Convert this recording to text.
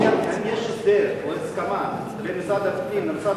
האם יש הסדר או הסכמה בין משרד הפנים למשרד